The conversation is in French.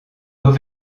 nos